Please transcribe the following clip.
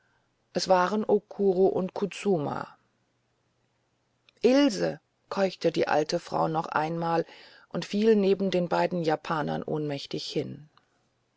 es waren okuro und kutsuma ilse keuchte die alte frau noch einmal und fiel neben den beiden japanern ohnmächtig hin